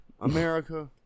America